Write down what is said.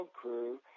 crew